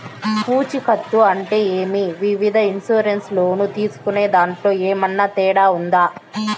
పూచికత్తు అంటే ఏమి? వివిధ ఇన్సూరెన్సు లోను తీసుకునేదాంట్లో ఏమన్నా తేడా ఉందా?